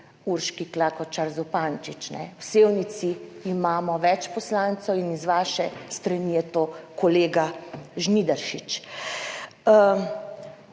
Urški Klakočar Zupančič. V Sevnici imamo več poslancev in iz vaše strani je to kolega Žnidaršič.